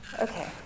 Okay